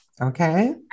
okay